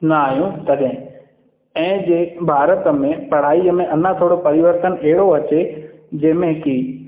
न आहियो तॾहिं ऐं जे भारत में पढ़ाईअ में अञा थोरो परिवर्तन अहिड़ो अचे जंहिंमें कि